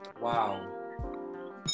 Wow